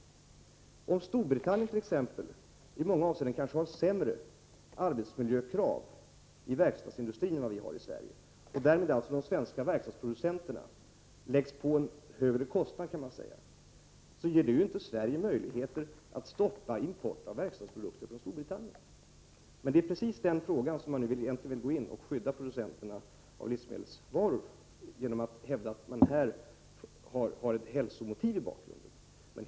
Det vet rimligen centerpartiet. Exempelvis Storbritannien har kanske sämre arbetsmiljökrav i verkstadsindustrin än vad vi har i Sverige. Man kan därför säga att de svenska verkstadsproducenterna åläggs en högre kostnad. Detta förhållande ger emellertid inte Sverige möjlighet att stoppa import av verkstadsprodukter från Storbritannien. Det är emellertid på precis det sättet man nu vill göra genom att skydda producenter av livsmedelsvaror. Man hävdar då att det finns ett hälsomotiv i bakgrunden.